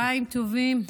צוהריים טובים,